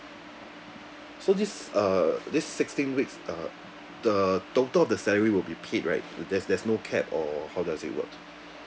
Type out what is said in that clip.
so these uh these sixteen weeks uh the total of the salary will be paid right will there's there's no cap or how does it work